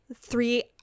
three